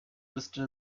listed